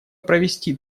провести